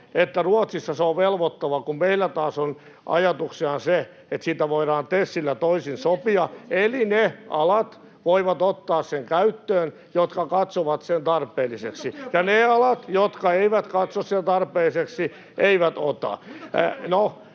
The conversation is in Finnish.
että Ruotsissa se on velvoittava, kun meillä taas on ajatuksena se, että siitä voidaan TESillä toisin sopia. Eli sen voivat ottaa käyttöön ne alat, jotka katsovat sen tarpeelliseksi, [Vastauspuheenvuoropyyntöjä] ja ne alat, jotka eivät katso sitä tarpeelliseksi, eivät ota.